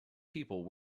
people